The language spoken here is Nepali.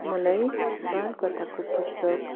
मलाई बालकथाको पुस्तक